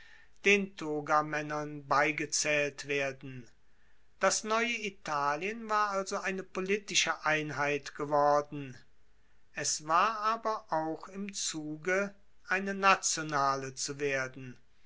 den togamaennern beigezaehlt werden das neue italien war also eine politische einheit geworden es war aber auch im zuge eine nationale zu werden